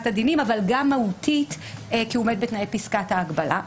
הדינים אבל גם מהותית כי הוא עומד בתנאי פסקת ההגבלה.